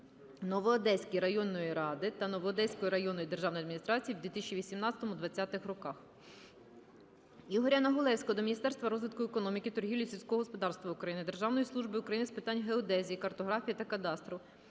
Новоодеської районної ради та Новоодеської районної державної адміністрації з 2018-2020 рр. Ігоря Негулевського до Міністерства розвитку економіки, торгівлі та сільського господарства України, Державної служби України з питань геодезії, картографії та кадастру,